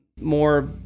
More